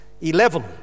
Eleven